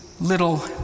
little